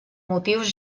motius